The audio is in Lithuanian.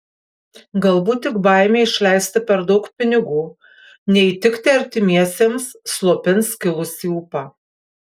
galbūt tik baimė išleisti per daug pinigų neįtikti artimiesiems slopins kilusį ūpą